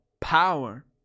power